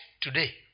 today